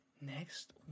Next